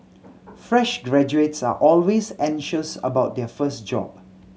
fresh graduates are always anxious about their first job